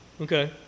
Okay